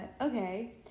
okay